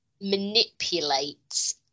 manipulates